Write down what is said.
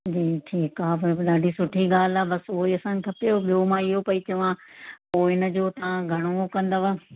जी ठीकु आहे त बि ॾाढी सुठी ॻाल्हि आहे बसि उहो ई असांखे खपे और ॿियों मां इहो पई चवां पोइ इन जो तव्हां घणो कंदव